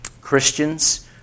Christians